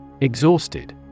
Exhausted